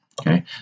okay